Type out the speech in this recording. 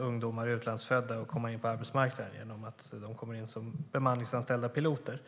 ungdomar och utrikes födda kommer in på arbetsmarknaden genom att bli bemanningsföretagsanställda piloter.